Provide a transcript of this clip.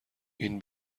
این